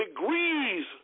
degrees